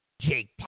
Jake